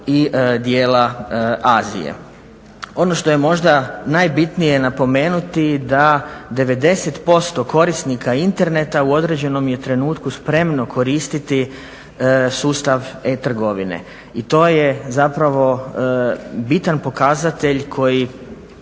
i dijela Azije. Ono što je možda najbitnije napomenuti da 90% korisnika interneta u određenom je trenutku spremno koristiti sustav e-trgovine i to je zapravo bitan pokazatelj koji